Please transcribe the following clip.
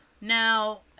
Now